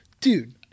dude